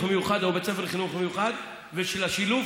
מיוחד או בית ספר חינוך מיוחד ושל השילוב,